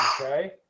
Okay